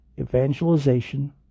evangelization